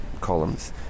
columns